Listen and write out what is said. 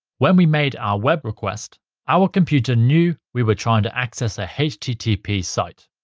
when we made our web request our computer knew we were trying to access a http site,